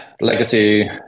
legacy